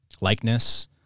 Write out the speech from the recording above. Likeness